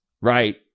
right